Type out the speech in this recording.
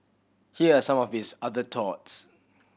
here are some of his other thoughts